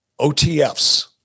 OTFs